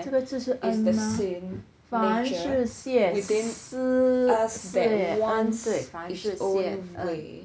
这个就是恩吗凡是谢思凡是谢恩